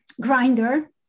grinder